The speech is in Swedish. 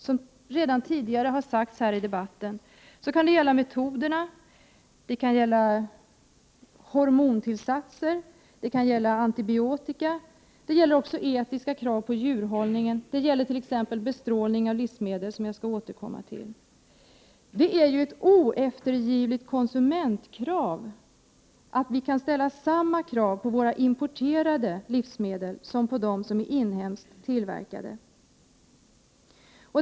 Som redan har sagts i debatten kan det gälla metoder, hormontillsatser och antibiotika. Det gäller också etiska krav på djurhållningen. Vidare gäller det bestrålning av livsmedel, en fråga som jag skall återkomma till. Det är ett oeftergivligt konsumentkrav att vi ställer samma krav på våra importerade livsmedel som vi ställer på de inhemskt tillverkade.